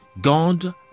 God